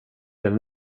den